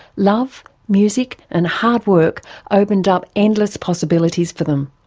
love, music and hard work opened up endless possibilities for them.